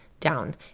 Down